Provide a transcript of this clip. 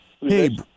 Hey